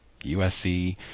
USC